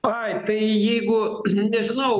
ai tai jeigu nežinau